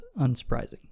unsurprising